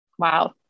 Wow